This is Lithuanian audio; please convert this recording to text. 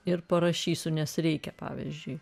ir parašysiu nes reikia pavyzdžiui